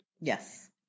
Yes